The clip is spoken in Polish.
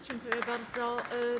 Dziękuję bardzo.